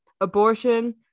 abortion